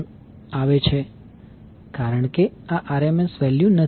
કારણ કે આ RMS વેલ્યુ નથી